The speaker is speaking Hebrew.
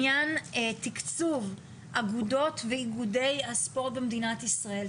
אנחנו מדברים על עניין תקצוב אגודות ואיגודי הספורט במדינת ישראל.